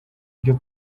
ibyo